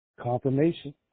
Confirmation